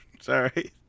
sorry